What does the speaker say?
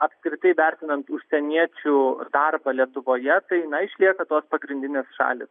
apskritai vertinant užsieniečių darbą lietuvoje tai na išlieka tos pagrindinės šalys